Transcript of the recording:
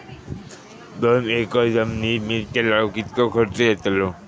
दोन एकर जमिनीत मिरचे लाऊक कितको खर्च यातलो?